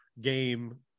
game